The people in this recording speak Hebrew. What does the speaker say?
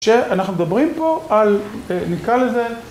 כשאנחנו מדברים פה על, ניקרא לזה